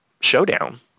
showdown